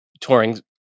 touring